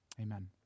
amen